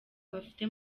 bafite